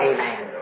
Amen